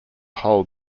hold